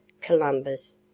Columbus